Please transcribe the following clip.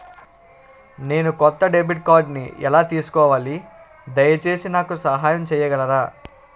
నేను కొత్త డెబిట్ కార్డ్ని ఎలా తీసుకోవాలి, దయచేసి నాకు సహాయం చేయగలరా?